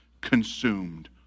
consumed